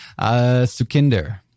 Sukinder